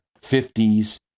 50s